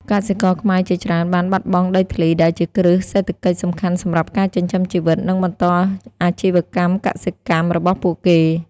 កសិករខ្មែរជាច្រើនបានបាត់បង់ដីធ្លីដែលជាគ្រឹះសេដ្ឋកិច្ចសំខាន់សម្រាប់ការចិញ្ចឹមជីវិតនិងបន្តអាជីវកម្មកសិកម្មរបស់ពួកគេ។